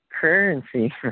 currency